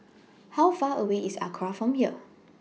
How Far away IS Acra from here